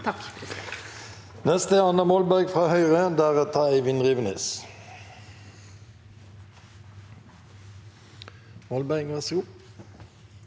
Takk